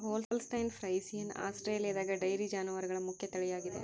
Holstein Friesian ಆಸ್ಟ್ರೇಲಿಯಾದಗ dairy ಜಾನುವಾರುಗಳ ಮುಖ್ಯ ತಳಿಯಾಗಿದೆ